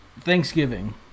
thanksgiving